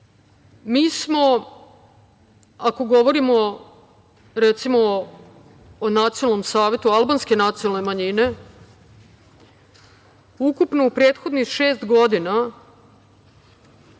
smo, ako govorimo, recimo o Nacionalnom savetu Albanske nacionalne manjine, ukupno u prethodnih šest godina